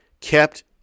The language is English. kept